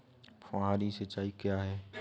फुहारी सिंचाई क्या है?